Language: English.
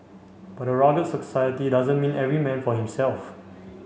but a rugged society doesn't mean every man for himself